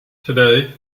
today